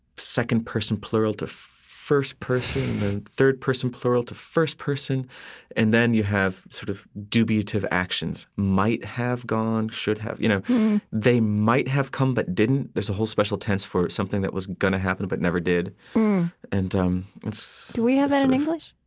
second person plural to first person, then third person plural to first person and then you have sort of dubiative actions might have gone, should have you know they might have come but didn't. there's a whole special tense for something that was going to happen, but never did do and um so we have that in english?